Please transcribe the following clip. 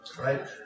right